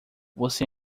você